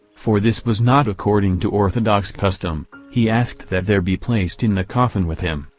for this was not according to orthodox custom, he asked that there be placed in the coffin with him,